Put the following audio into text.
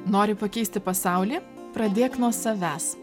nori pakeisti pasaulį pradėk nuo savęs